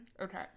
Okay